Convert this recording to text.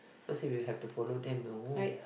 not say we have to follow them no